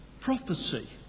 prophecy